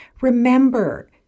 Remember